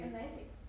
Amazing